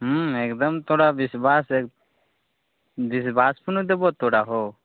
हूँ एकदम तोरा बिश्वास हइ बिश्वास पर ने देबौ तोरा हौ